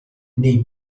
nei